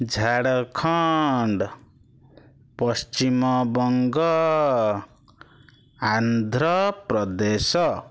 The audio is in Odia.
ଝାଡ଼ଖଣ୍ଡ ପଶ୍ଚିମବଙ୍ଗ ଆନ୍ଧ୍ରପ୍ରଦେଶ